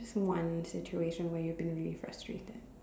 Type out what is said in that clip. one situation where you've been really frustrated